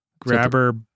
grabber